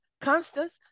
Constance